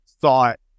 thought